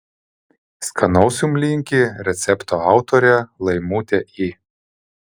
skanaus jums linki recepto autorė laimutė i